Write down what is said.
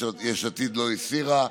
יש עתיד לא הסירה.